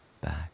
back